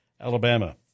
Alabama